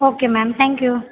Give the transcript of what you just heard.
okay ma'am thank you